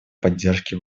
поддержки